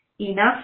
enough